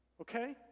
okay